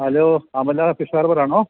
hello Amala ഫിഷാര്ബറാണോ